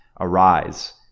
Arise